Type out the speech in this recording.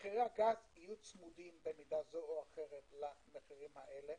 מחירי הגז יהיו צמודים במידה כזו או אחרת למחירים האלה,